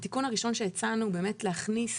התיקון הראשון שהצענו הוא באמת להכניס